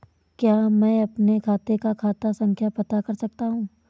क्या मैं अपने खाते का खाता संख्या पता कर सकता हूँ?